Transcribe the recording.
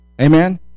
Amen